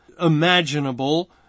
imaginable